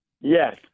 yes